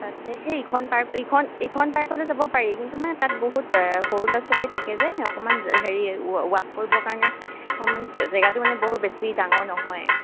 অঁ তাতে সেইখন পাৰ্ক এইখন এইখন পাৰ্কলে যাব পাৰি কিন্তু মানে তাত বহুত সৰু ল'ৰা ছোৱালী থাকে যে অকণমান হেৰি ৱাক কৰিবৰ কাৰণে অকণমান জেগাটো মানে বৰ বেছি ডাঙৰ নহয়